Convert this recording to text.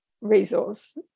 resource